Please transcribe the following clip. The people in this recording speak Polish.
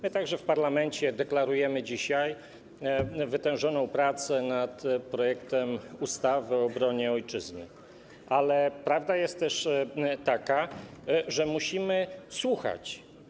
My także w parlamencie deklarujemy dzisiaj wytężoną pracę nad projektem ustawy o obronie Ojczyzny, ale prawda jest też taka, że musimy słuchać.